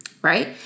Right